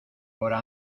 hora